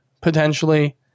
Potentially